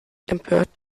empört